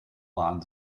waren